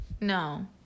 No